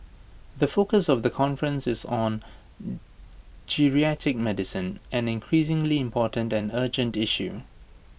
the focus of the conference is on geriatric medicine an increasingly important and urgent issue